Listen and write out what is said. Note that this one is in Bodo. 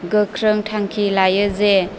गोख्रों थांखि लायो जे